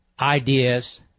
Ideas